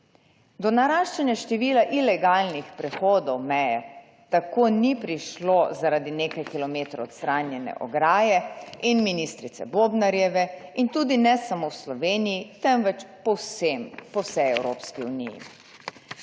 Do naraščanja števila ilegalnih prehodov meje tako ni prišlo zaradi nekaj kilometrov odstranjene ograje in ministrice Bobnarjeve in tudi ne samo v Sloveniji, temveč po vsej Evropski uniji.